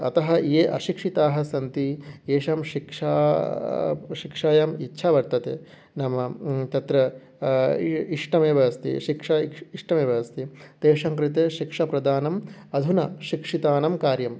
अतः ये अशिक्षिताः सन्ति येषां शिक्षा शिक्षायाम् इच्छा वर्तते नाम तत्र इ इष्टमेव अस्ति शिक्षा इष्टमेव अस्ति तेषां कृते शिक्षा प्रदानम् अधुना शिक्षितानां कार्यम्